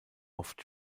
oft